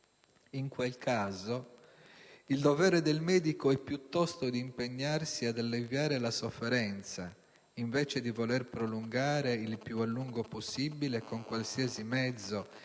«In quel caso il dovere del medico è piuttosto di impegnarsi ad alleviare la sofferenza invece di voler prolungare il più a lungo possibile, con qualsiasi mezzo